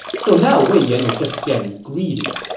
so now wei yan was just getting greedy.